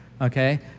Okay